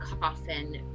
coffin